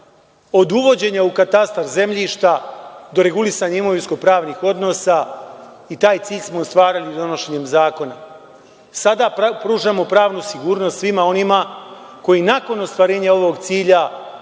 od uvođenja u katastar zemljišta do regulisanja imovinsko-pravnih odnosa. I taj cilj smo ostvarili donošenjem zakona. Sada pružamo pravnu sigurnost svima onima koji nakon ostvarenja ovog cilja